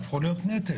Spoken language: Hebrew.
הם הפכו להיות נטל.